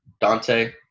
Dante